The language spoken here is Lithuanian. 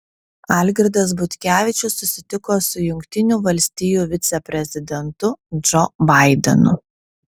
algirdas butkevičius susitiko su jungtinių valstijų viceprezidentu džo baidenu